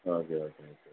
ആ okay okay okay okay